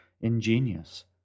ingenious